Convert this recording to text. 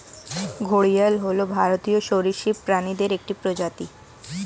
ঘড়িয়াল হল ভারতীয় সরীসৃপ প্রাণীদের একটি প্রজাতি